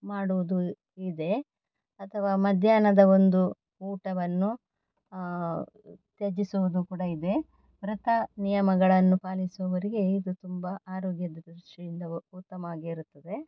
ಮಾಡುವುದು ಇದೆ ಅಥವಾ ಮಧ್ಯಾಹ್ನದ ಒಂದು ಊಟವನ್ನು ತ್ಯಜಿಸುವುದು ಕೂಡ ಇದೆ ವ್ರತ ನಿಯಮಗಳನ್ನು ಪಾಲಿಸುವವರಿಗೆ ಇದು ತುಂಬ ಆರೋಗ್ಯದ ದೃಷ್ಟಿಯಿಂದ ಉತ್ತಮವಾಗಿರುತ್ತದೆ